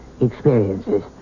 experiences